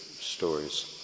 stories